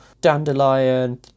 dandelion